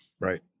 Right